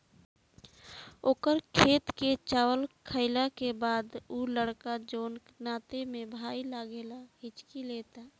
ओकर खेत के चावल खैला के बाद उ लड़का जोन नाते में भाई लागेला हिच्की लेता